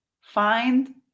find